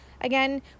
Again